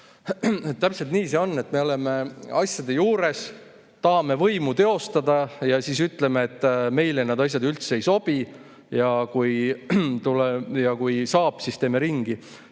Täpselt nii see on. Me oleme asjade juures, tahame võimu teostada ja siis ütleme, et meile need asjad üldse ei sobi, ja kui saab, siis teeme ringi.